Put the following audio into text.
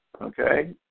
Okay